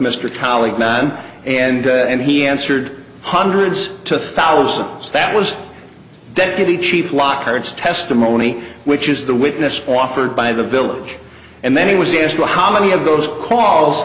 mr colleague man and and he answered hundreds to thousands that was deputy chief lockhart's testimony which is the witness offered by the village and then he was asked well how many of those calls